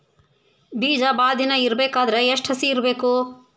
ಬೇಜ ಭಾಳ ದಿನ ಇಡಬೇಕಾದರ ಎಷ್ಟು ಹಸಿ ಇರಬೇಕು?